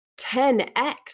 10x